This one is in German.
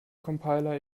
compiler